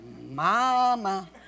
Mama